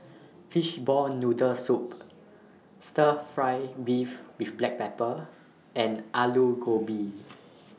Fishball Noodle Soup Stir Fry Beef with Black Pepper and Aloo Gobi